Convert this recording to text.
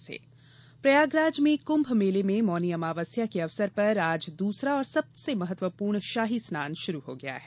कुंभ मेला प्रयागराज में कुंभ मेले में मौनी अमावस्या के अवसर पर आज दूसरा और सबसे महत्वपूर्ण शाही स्नान शुरू हो गया है